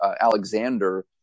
Alexander